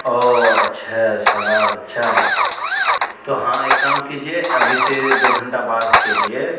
اوہ اچھا شہباز اچھا ہے تو ہاں ایک کام کیجیے ابھی سے دو گھنٹہ بعد کے لیے